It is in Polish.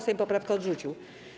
Sejm poprawkę odrzucił.